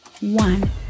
one